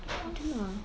I don't know